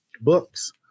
books